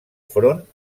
front